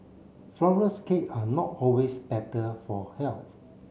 flourless cake are not always better for health